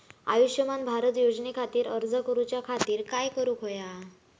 आयुष्यमान भारत योजने खातिर अर्ज करूच्या खातिर काय करुक होया?